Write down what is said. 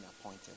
appointed